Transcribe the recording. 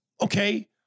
okay